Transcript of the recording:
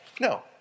No